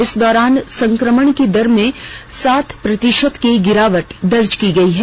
इस दौरान संक्रमण की दर में सात प्रतिशत की गिरावट दर्ज की गई है